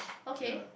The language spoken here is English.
okay